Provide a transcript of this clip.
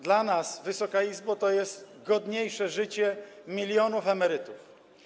Dla nas, Wysoka Izbo, to jest godniejsze życie milionów emerytów.